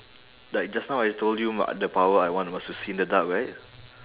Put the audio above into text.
like just now I told you what the power I want was to see in the dark right